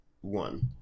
One